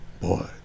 Boy